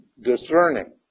Discerning